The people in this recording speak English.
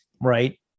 right